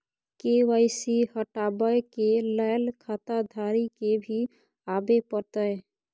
KYC हटाबै के लैल खाता धारी के भी आबे परतै?